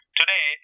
today